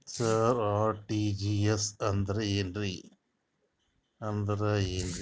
ಸರ RTGS ಅಂದ್ರ ಏನ್ರೀ?